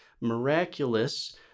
miraculous